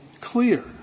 clear